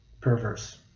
perverse